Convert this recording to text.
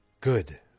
good